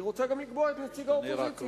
היא רוצה גם לקבוע את נציג האופוזיציה.